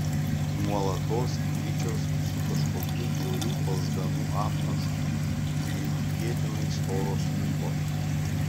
nuolatos gličios su kažkokiu bjauriu balzganu apnašu neįtikėtinai storos lūpos